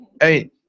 Hey